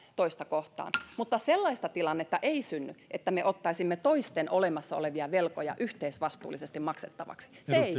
toista kohtaan mutta sellaista tilannetta ei synny että me ottaisimme toisten olemassa olevia velkoja yhteisvastuullisesti maksettavaksi se